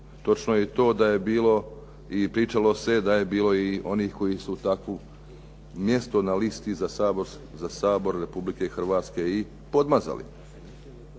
Točno je i to da je bilo i pričalo se da je bilo i onih koji su takvo mjesto na listi za Sabor Republike Hrvatske i podmazali